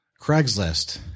Craigslist